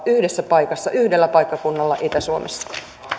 yhdessä paikassa yhdellä paikkakunnalla itä suomessa